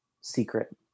secret